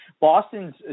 Boston's